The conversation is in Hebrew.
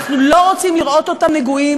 אנחנו לא רוצים לראות אותם נגועים